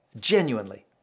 genuinely